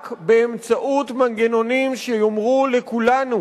רק באמצעות מנגנונים שיאמרו לכולנו